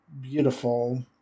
beautiful